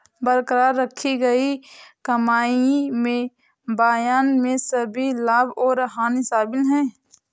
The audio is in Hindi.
बरकरार रखी गई कमाई में बयान में सभी लाभ और हानि शामिल हैं